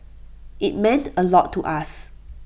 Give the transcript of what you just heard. IT meant A lot to us